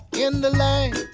in the lane,